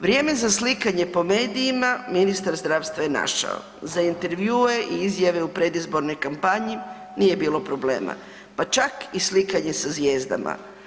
Vrijeme za slikanje po medijima ministar zdravstva je našao, za intervjue i izjave u predizbornoj kampanji nije bilo problema, pa čak i slikanje s zvijezdama.